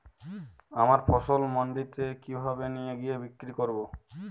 আমার ফসল মান্ডিতে কিভাবে নিয়ে গিয়ে বিক্রি করব?